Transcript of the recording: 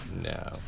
No